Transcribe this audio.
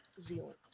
Zealand